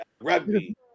Rugby